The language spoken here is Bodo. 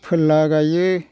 फोरला गायो